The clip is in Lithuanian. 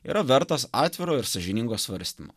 yra vertas atviro ir sąžiningo svarstymo